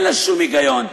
אין לה שום היגיון.